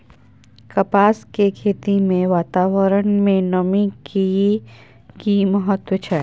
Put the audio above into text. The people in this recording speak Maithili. कपास के खेती मे वातावरण में नमी के की महत्व छै?